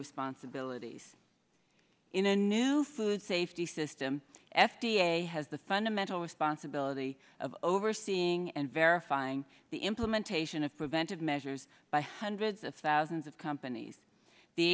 responsibilities in a new food safety system f d a has the fundamental responsibility of overseeing and verifying the implementation of preventive measures by hundreds of thousands of companies the